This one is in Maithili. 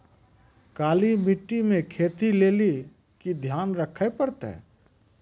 काली मिट्टी मे खेती लेली की ध्यान रखे परतै?